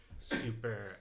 super